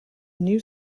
new